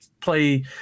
play